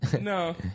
No